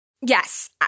yes